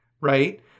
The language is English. right